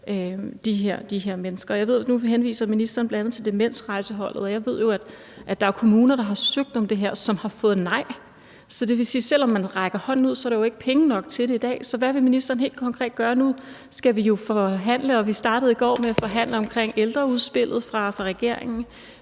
de her mennesker. Nu henviser ministeren bl.a. til demensrejseholdet, og jeg ved, at der er kommuner, der har søgt om det her, som har fået nej. Så det vil sige, at selv om man rækker hånden ud, er der jo ikke penge nok til det i dag. Så hvad vil ministeren helt konkret gøre? Nu skal vi jo forhandle, og vi startede i går med at forhandle om ældreudspillet fra regeringen.